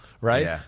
right